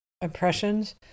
impressions